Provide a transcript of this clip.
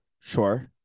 Sure